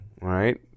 right